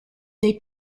dei